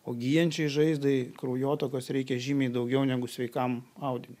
o gyjančiai žaizdai kraujotakos reikia žymiai daugiau negu sveikam audiniui